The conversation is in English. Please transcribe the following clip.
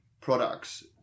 products